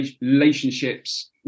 relationships